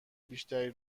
بیشتری